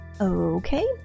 Okay